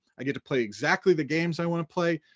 i get to play exactly the games i wanna play.